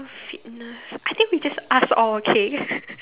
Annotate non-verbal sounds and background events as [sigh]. fitness I think we just ask all okay [laughs]